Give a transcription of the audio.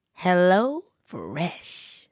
HelloFresh